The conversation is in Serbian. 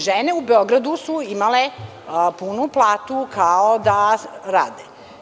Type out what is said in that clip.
Žene u Beogradu su imale punu platu kao da rade.